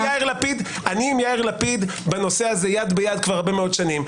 אני עם יאיר לפיד בנושא הזה יד ביד הרבה מאוד שנים.